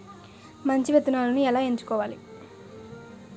మంచి విత్తనాలను ఎలా ఎంచుకోవాలి?